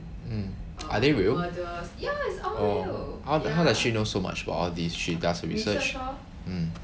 mm are they real orh how does she know so much about all this she does research mm